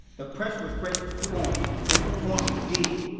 the pressure was great to perform and perform we did.